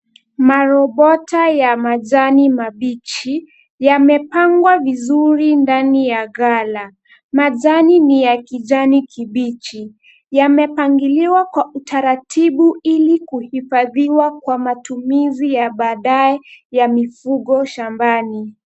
Marobota ya majani mabichi, yamepangwa vizuri ndani ya ghala. Majani ni ya kijani kibichi. Yamepangiliwa kwa utaratibu ili kuhifadhiwa kwa matumizi ya baadae ya mifugo shambani.